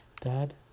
Dad